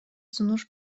сунуш